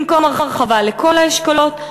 במקום הרחבה לכל האשכולות,